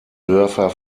dörfer